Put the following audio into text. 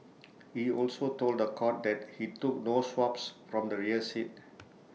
he also told The Court that he took no swabs from the rear seat